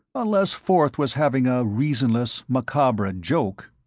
unless forth was having a reasonless, macabre joke.